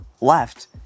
left